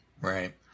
Right